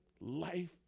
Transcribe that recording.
Life